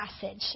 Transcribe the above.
passage